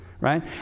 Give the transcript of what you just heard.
right